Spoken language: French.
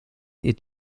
est